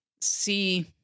see